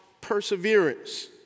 perseverance